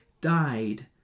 died